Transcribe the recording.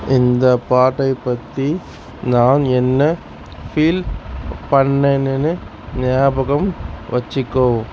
இந்த பாட்டை பற்றி நான் என்ன ஃபீல் பண்னேன்னு ஞாபகம் வச்சுக்கோ